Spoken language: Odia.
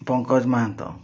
ପଙ୍କଜ ମାହାନ୍ତ